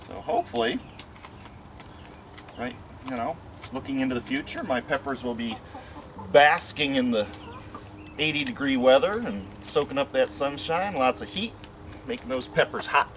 fall hopefully right you know looking into the future my peppers will be basking in the eighty degree weather and soaking up that sunshine lots of heat making those peppers hot